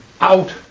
out